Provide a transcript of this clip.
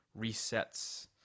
resets